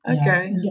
okay